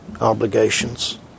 obligations